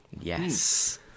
Yes